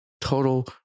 total